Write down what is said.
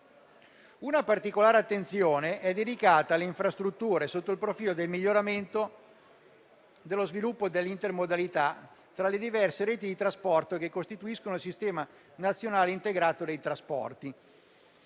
Una particolare attenzione è dedicata alle infrastrutture sotto il profilo del miglioramento dello sviluppo e dell'intermodalità tra le diverse reti di trasporto che costituiscono il sistema nazionale integrato dei trasporti.